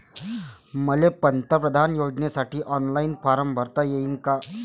मले पंतप्रधान योजनेसाठी ऑनलाईन फारम भरता येईन का?